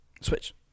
Switch